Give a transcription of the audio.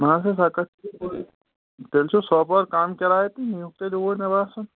نا سا سۄ کَتھ چھِ تیٚلہِ چھُ سوپور کَم کِراے تہٕ نیٖوُکھ تیٚلہِ اوٗرۍ مےٚ باسان